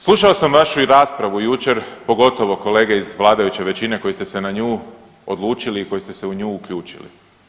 Slušao sam vašu i raspravu jučer, pogotovo kolege iz vladajuće većine koji ste se na odlučili i koji ste se u nju uključili.